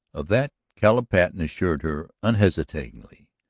of that caleb patten assured her unhesitatingly.